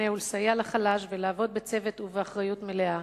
ולסייע לחלש ולעבוד בצוות ובאחריות מלאה.